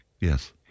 Yes